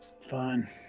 Fine